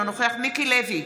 אינו נוכח מיקי לוי,